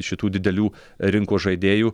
šitų didelių rinkos žaidėjų